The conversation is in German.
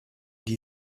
die